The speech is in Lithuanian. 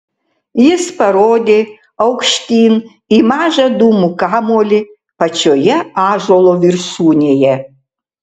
jis parodė aukštyn į mažą dūmų kamuolį pačioje ąžuolo viršūnėje